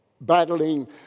battling